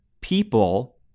people